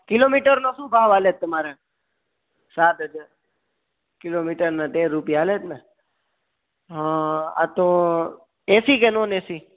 કિલોમીટરનો શું ભાવ ચાલે છે તમારે સાત હજાર કિલોમીટરના તેર રૂપિયા ચાલે છે ને હં આ તો એસી કે નોન એસી